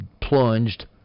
plunged